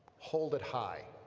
hold it high,